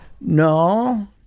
No